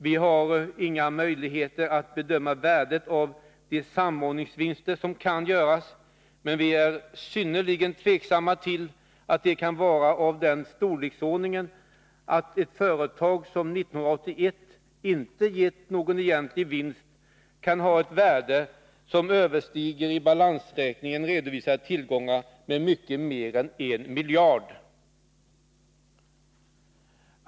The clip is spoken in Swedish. Vi har ingen möjlighet att bedöma värdet av de samordningsvinster som kan göras, men vi är synnerligen tveksamma till att de kan vara av den storleksordningen att ett företag som 1981 inte har gett någon egentlig vinst kan ha ett värde som överstiger i balansräkningen redovisade tillgångar med mycket mer än en miljard.